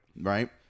Right